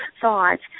thoughts